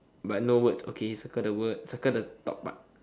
but no words okay circle the word circle the top part